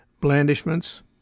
blandishments